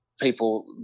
people